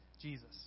Jesus